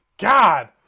God